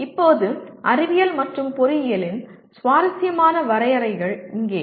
இப்போது அறிவியல் மற்றும் பொறியியலின் சுவாரஸ்யமான வரையறைகள் இங்கே